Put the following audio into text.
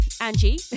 Angie